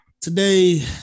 Today